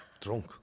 Drunk